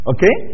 Okay